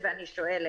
אין בעיה.